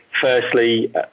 Firstly